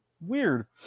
Weird